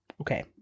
Okay